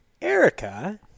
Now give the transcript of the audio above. Erica